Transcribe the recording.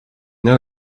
know